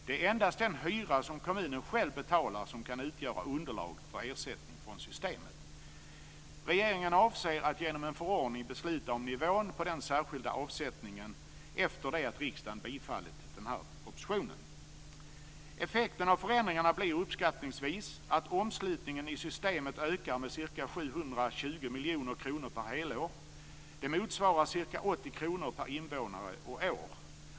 Det är endast den hyra som kommunen själv betalar som kan utgöra underlag för ersättning från systemet. Regeringen avser att genom en förordning besluta om nivån på den särskilda avsättningen efter det att riksdagen bifallit propositionen. Effekten av förändringarna blir uppskattningsvis att omslutningen i systemet ökar med ca 720 miljoner kronor per helår. Det motsvarar ca 80 kr per invånare och år.